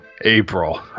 April